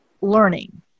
learning